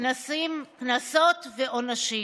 קנסות ועונשים.